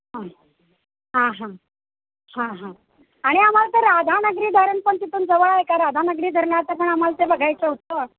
हां हां हां हां हां आणि आम्हाला ते राधानगरी धरण पण तिथून जवळ आहे का राधानगरी धरणाचं पण आम्हाला ते बघायचं होतं